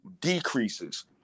decreases